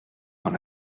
dans